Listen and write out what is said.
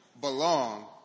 belong